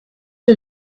are